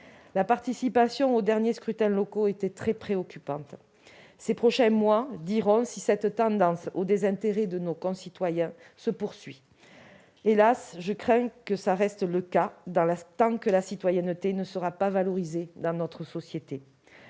La participation aux derniers scrutins locaux était très préoccupante. Ces prochains mois diront si cette tendance au désintérêt de nos concitoyens se confirme. Hélas ! je crains qu'il en soit ainsi, tant que la citoyenneté ne sera pas valorisée dans notre société.